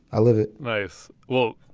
i live it nice. well,